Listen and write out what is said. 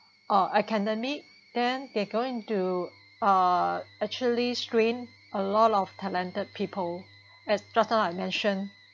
or academic then they're going to ah actually screen a lot of talented people as just now I mention